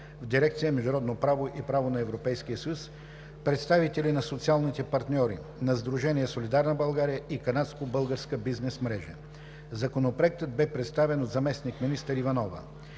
в дирекция „Международно право и право на Европейския съюз“; представители на социалните партньори, на Сдружение „Солидарна България“ и Канадско-българска бизнес мрежа. Законопроектът бе представен от заместник-министър Иванова.